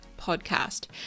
podcast